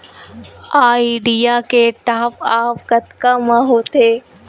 Idea के top आप कतका म होथे?